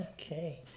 okay